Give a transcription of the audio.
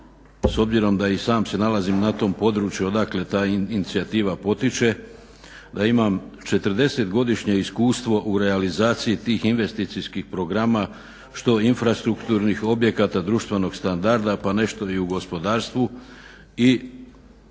s obzirom da i sam se nalazim na tom području odakle ta inicijativa potiče da imam 40 godišnje iskustvo u realizaciji tih investicijskih programa što infrastrukturnih objekata društvenog standarda pa nešto i u gospodarstvu